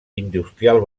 industrial